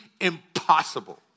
impossible